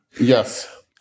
Yes